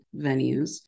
venues